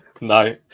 No